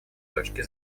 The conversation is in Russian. точки